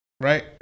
right